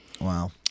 Wow